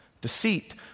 Deceit